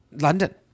London